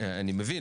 אני מבין,